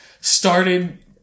started